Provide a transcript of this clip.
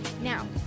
Now